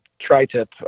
tri-tip